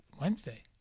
Wednesday